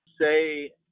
say